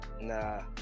Nah